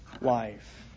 life